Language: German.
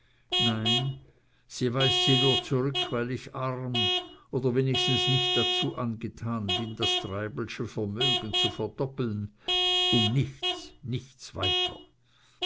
nein sie weist sie nur zurück weil ich arm oder wenigstens nicht dazu angetan bin das treibelsche vermögen zu verdoppeln um nichts nichts weiter